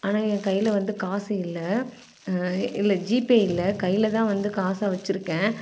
ஆனால் என் கையில் வந்து காசு இல்லை இல்லை ஜிபே இல்லை கையில்தான் வந்து காசை வச்சுருக்கேன்